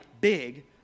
big